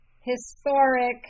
Historic